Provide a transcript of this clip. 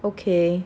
okay